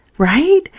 Right